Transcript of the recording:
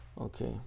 okay